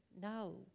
no